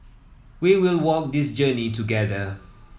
we will walk this journey together